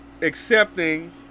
accepting